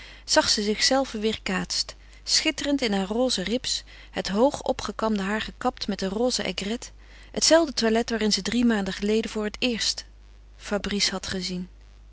zag ze zichzelve weêrkaatst schitterend in haar roze rips het hoog opgekamde haar gekapt met een roze aigrette hetzelfde toilet waarin ze drie maanden geleden voor het eerst fabrice had gezien